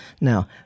Now